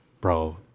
bro